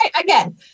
again